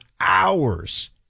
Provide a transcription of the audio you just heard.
hours